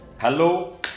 Hello